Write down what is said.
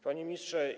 Panie Ministrze!